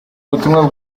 butumwa